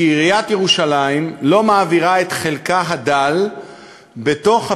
כי עיריית ירושלים לא מעבירה את חלקה הדל לפעילות